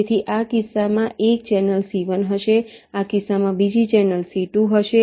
તેથી આ કિસ્સામાં એક ચેનલ C1 હશે આ કિસ્સામાં બીજી ચેનલ C2 હશે